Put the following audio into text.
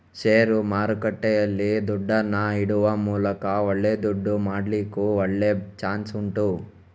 ಷೇರು ಮಾರುಕಟ್ಟೆಯಲ್ಲಿ ದುಡ್ಡನ್ನ ಇಡುವ ಮೂಲಕ ಒಳ್ಳೆ ದುಡ್ಡು ಮಾಡ್ಲಿಕ್ಕೂ ಒಳ್ಳೆ ಚಾನ್ಸ್ ಉಂಟು